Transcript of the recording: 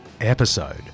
episode